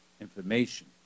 information